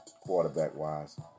quarterback-wise